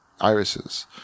irises